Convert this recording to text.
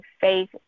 faith